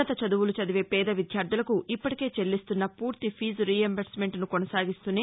ఉన్నత చదువులు చదివే పేద విద్యార్దులకు ఇప్పటికే చెల్లిస్తున్న పూర్తి ఫీజు రీయింబర్స్మెంట్సు కొనసాగిస్తూనే